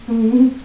mm